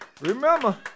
Remember